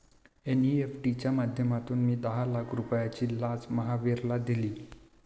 NEFT च्या माध्यमातून मी दहा लाख रुपयांची लाच महावीरला दिली